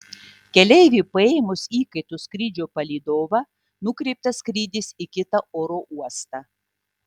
keleiviui paėmus įkaitu skrydžio palydovą nukreiptas skrydis į kitą oro uostą